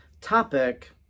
topic